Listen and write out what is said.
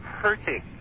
hurting